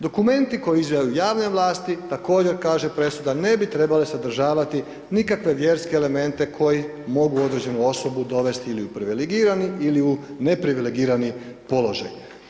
Dokumenti koje izdaju javne vlasti također kaže presuda ne bi trebale sadržavati nikakve vjerske elemente koji mogu određenu osobu dovesti ili u privilegirani ili u ne privilegirani položaj.